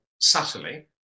subtly